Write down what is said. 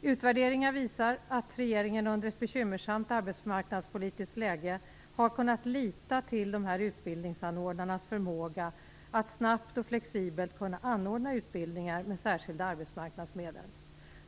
Utvärderingar visar att regeringen under ett bekymmersamt arbetsmarknadspolitiskt läge har kunnat lita till utbildningsanordnarnas förmåga att snabbt och flexibelt kunna anordna utbildningar med särskilda arbetsmarknadsmedel.